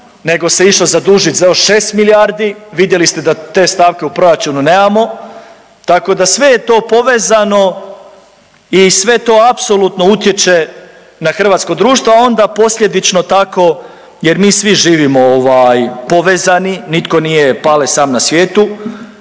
nego se išlo zadužit za još šest milijardi, vidjeli ste da te stavke u proračunu nemamo tako da sve je to povezano i sve to apsolutno utječe na hrvatsko društvo, a onda posljedično tako jer mi svi živimo povezani, nitko nije Pale sam na svijetu,